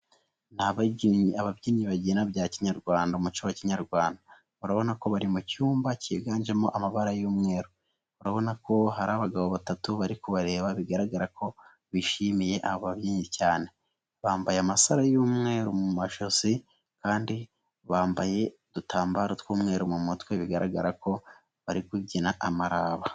Ni ababyinnyi, ababyinnyi babyina bya kinyarwanda umuco wa kinyarwanda urabona ko bari mu cyumba cyiganjemo amabara y'umweru, urabona ko hari abagabo batatu bari kubareba bigaragara ko bishimiye aba babyinnyi cyane, bambaye amasaro y'umweru mu majosi kandi bambaye udutambaro tw'umweru mu mutwe bigaragara ko bari kubyina amaraba.